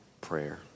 prayer